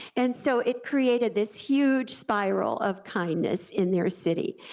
and so it created this huge spiral of kindness in their city.